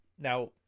Now